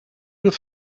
have